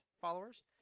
followers